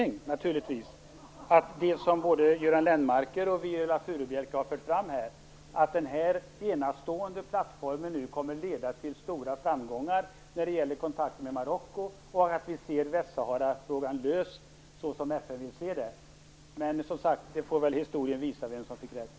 Det är naturligtvis min förhoppning att det blir som både Göran Lennmarker och Viola Furubjelke har fört fram här, nämligen att den enastående plattformen kommer att leda till stora framgångar när de gäller kontakter med Marocko och att vi ser Västsaharafrågan löst så som FN vill se den löst. Men historien får väl som sagt visa vem som fick rätt.